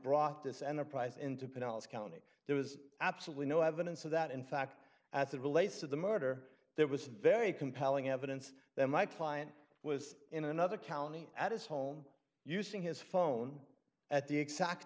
brought this enterprise into pinellas county there was absolutely no evidence of that in fact as it relates to the murder there was very compelling evidence that my client was in another county at his home using his phone at the exact